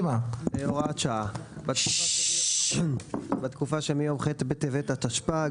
הוראת שעה בתקופה שמיום ח' בטבת התשפ"ג